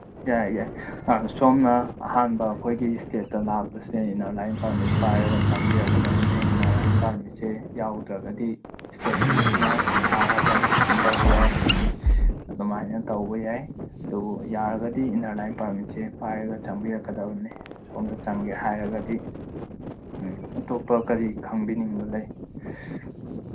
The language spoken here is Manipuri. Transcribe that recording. ꯌꯥꯏ ꯌꯥꯏ ꯑꯥ ꯁꯣꯝꯅ ꯑꯍꯥꯟꯕ ꯑꯩꯈꯣꯏꯒꯤ ꯏꯁꯇꯦꯠꯇ ꯂꯥꯛꯄꯁꯦ ꯏꯅꯔ ꯂꯥꯏꯟ ꯄꯥꯔꯃꯤꯠ ꯄꯥꯏꯔꯒ ꯆꯪꯕꯤꯔꯛꯀꯗꯕꯅꯦ ꯏꯅꯔ ꯂꯥꯏꯟ ꯄꯥꯔꯃꯤꯠꯁꯦ ꯌꯥꯎꯗ꯭ꯔꯒꯗꯤ ꯏꯁꯇꯦꯠ ꯄꯨꯂꯤꯁꯅ ꯐꯥꯔꯒ ꯀꯣꯏꯁꯟ ꯇꯧꯕ ꯌꯥꯏ ꯍꯥꯗꯤ ꯑꯗꯨꯃꯥꯏꯅ ꯇꯧꯕ ꯌꯥꯏ ꯑꯗꯨꯕꯨ ꯌꯥꯔꯒꯗꯤ ꯏꯅꯔ ꯂꯥꯏꯟ ꯄꯥꯔꯃꯤꯠꯁꯦ ꯄꯥꯏꯔꯒ ꯆꯪꯕꯤꯔꯛꯀꯗꯕꯅꯤ ꯁꯣꯝꯗ ꯆꯪꯒꯦ ꯍꯥꯏꯔꯒꯗꯤ ꯎꯝ ꯑꯇꯣꯞꯄ ꯀꯔꯤ ꯈꯪꯕꯤꯅꯤꯡꯕ ꯂꯩ